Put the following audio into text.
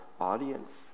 audience